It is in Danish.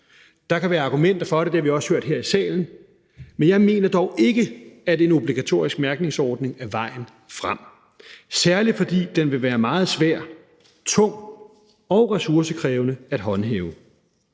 Der kan være argumenter for det, og det har vi også hørt her i salen, men jeg mener dog ikke, at en obligatorisk mærkningsordning er vejen frem, særlig fordi den vil være meget svær, tung og ressourcekrævende at håndhæve.